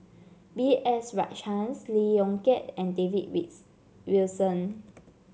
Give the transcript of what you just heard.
B S Rajhans Lee Yong Kiat and David Wilson